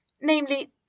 namely